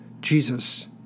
Jesus